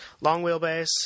long-wheelbase